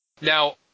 Now